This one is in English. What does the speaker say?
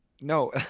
no